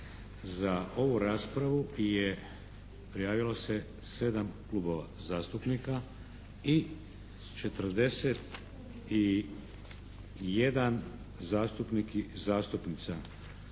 Za ovu raspravu je prijavilo se 7 klubova zastupnika i 41 zastupnik